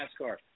NASCAR